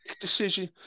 decision